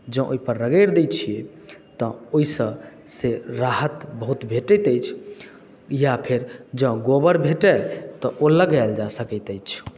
जँ ओहिपर रगड़ि दैत छियै तऽ ओहिसँ से राहत बहुत भेटैत अछि या फेर जंँ गोबर भेटय तऽ ओ लगायल जाइत अछि